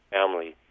family